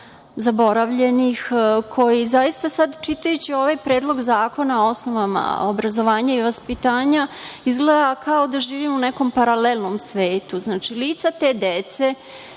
zaboravljenih, koja zaista, sada čitajući ovaj Predlog zakona o osnovama obrazovanja i vaspitanja, izgleda kao da živimo u nekom paralelnom svetu. Lica te dece,